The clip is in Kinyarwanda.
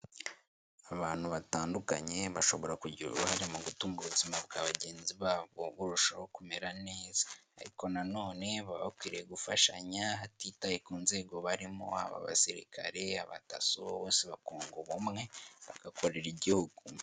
Abantu batandukanye bashobora kugira uruhare mu gutuma ubuzima bwa bagenzi babo burushaho kumera neza, ariko nan none baba bakwiriye gufashanya hatitaye ku nzego barimo haba abasirikare, abadaso bose bakunga ubumwe bagakorera igihugu.